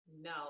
No